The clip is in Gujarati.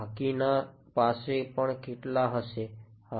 બાકીના પાસે પણ કેટલાક હશે હા